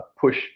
push